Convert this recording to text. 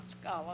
scholar